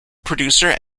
producer